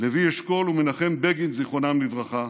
לוי אשכול ומנחם בגין, זיכרונם לברכה,